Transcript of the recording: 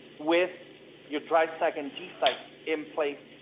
with your drive stack and g site in place,